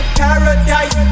paradise